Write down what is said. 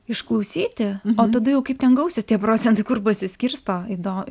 išklausyti o tada jau kaip ten gausis tie procentai kur pasiskirsto įdo